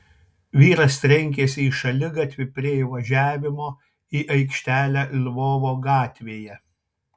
vyras trenkėsi į šaligatvį prie įvažiavimo į aikštelę lvovo gatvėje